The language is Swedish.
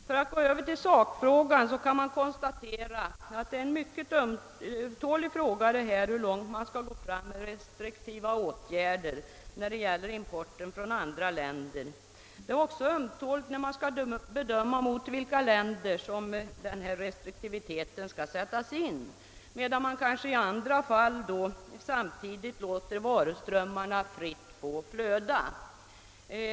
För att gå över till sakfrågan kan jag konstatera att det är en mycket ömtålig fråga hur långt man skall gå fram med restriktiva åtgärder mot importen från andra länder. Det är också ömtåligt att bedöma, mot vilka länder restriktiviteten skall sättas in medan man kanske i andra fall samtidigt låter varuströmmarna flöda fritt.